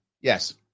Yes